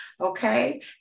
okay